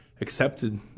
accepted